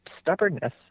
stubbornness